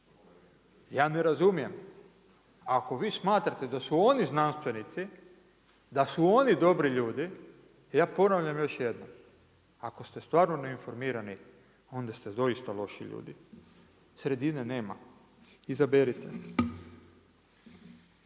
Ja ne razumijem. Ako vi smatrate da su oni znanstvenici, da su oni dobri ljudi, ja ponavljam još jednom, ako ste stvarno neinformirani, onda ste doista loši ljudi. Sredine nema. Izaberite.